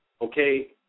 okay